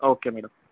okay madam